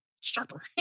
sharper